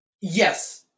Yes